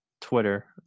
Twitter